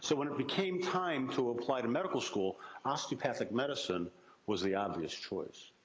so when it became time to apply to medical school, osteopathic medicine was the obvious choice.